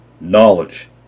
knowledge